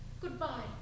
Goodbye